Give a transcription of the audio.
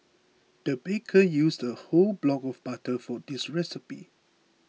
the baker used a whole block of butter for this recipe